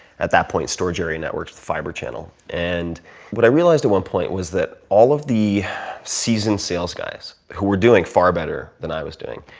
at that point storage area networks fiber channel and what i realized at one point was that all of the seasoned sales guys, who were doing far better than i was doing,